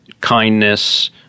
kindness